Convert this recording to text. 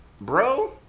bro